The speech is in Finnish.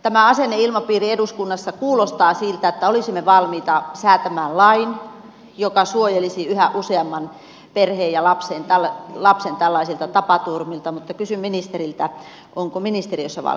tämä asenneilmapiiri eduskunnassa kuulostaa siltä että olisimme valmiita säätämään lain joka suojelisi yhä useamman perheen ja lapsen tällaisilta tapaturmilta mutta kysyn ministeriltä onko ministeriössä valmiutta tähän